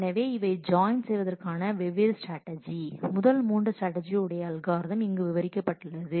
எனவே இவை ஜாயின் செய்வதற்கான வெவ்வேறு ஸ்ட்ராட்டஜி முதல் மூன்று ஸ்ட்ராட்டஜி உடைய அல்கோரிதம் இங்கு விவரிக்க பட்டுள்ளது